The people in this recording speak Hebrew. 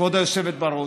כבוד היושבת בראש,